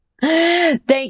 thank